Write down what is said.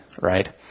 right